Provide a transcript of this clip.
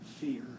fear